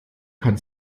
kann